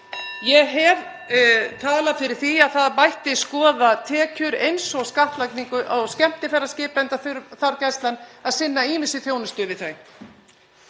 Ég hef talað fyrir því að það mætti skoða tekjur eins og skattlagningu á skemmtiferðaskip enda þarf Gæslan að sinna ýmissi þjónustu við þau.